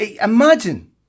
Imagine